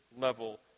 level